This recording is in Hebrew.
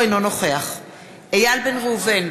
אינו נוכח איל בן ראובן,